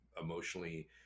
emotionally